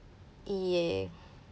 ya